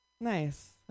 Nice